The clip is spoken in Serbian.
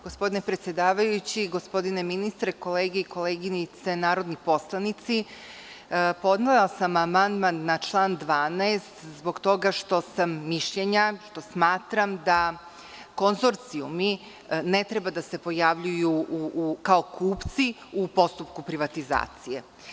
Gospodine predsedavajući, gospodine ministre, kolege i koleginice narodni poslanici, podnela sam amandman na član 12. zbog toga što sam mišljenja, što smatram da konzorcijumi ne treba da se pojavljuju kao kupci u postupku privatizacije.